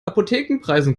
apothekenpreisen